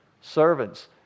Servants